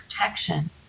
protection